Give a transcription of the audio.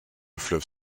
fleuve